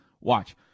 watch